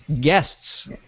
guests